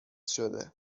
شده